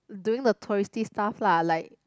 doing the touristy stuff lah like